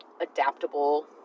adaptable